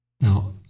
Now